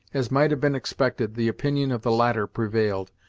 as might have been expected, the opinion of the latter prevailed,